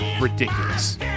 ridiculous